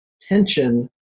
tension